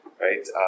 right